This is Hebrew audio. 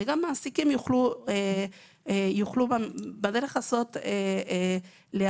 וגם המעסיקים יוכלו בדרך הזאת להעסיק